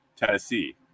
Tennessee